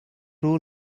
rule